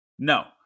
No